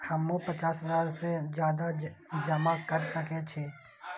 हमू पचास हजार से ज्यादा जमा कर सके छी?